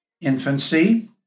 Infancy